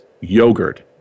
yogurt